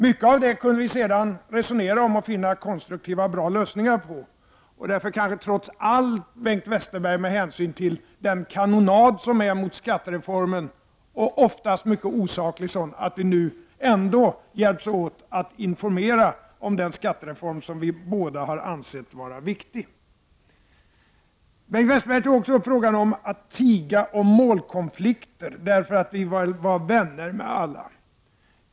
Mycket av det kunde vi sedan resonera om och finna konstruktiva och bra lösningar på, och därför kanske vi trots allt, Bengt Westerberg, med hänsyn till den kanonad som riktas mot skattereformen — oftast mycket osakligt — kan hjälpas åt med att informera om den skattereform som vi båda har ansett vara viktig. Bengt Westerberg tog också upp frågan om att tiga om målkonflikter därför att vi var vänner med alla.